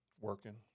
Working